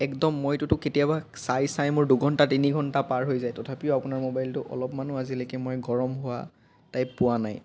একদম মইতোতো চাই চাই কেতিয়াবা মোৰ দুঘণ্টা তিনিঘণ্টা পাৰ হৈ যায় তথাপিও আপোনাৰ মোবাইলটো অলপমানো আজিলৈকে মই গৰম হোৱা টাইপ পোৱা নাই